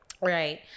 Right